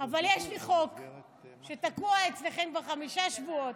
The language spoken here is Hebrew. אבל יש לי חוק שתקוע אצלכם כבר חמישה שבועות.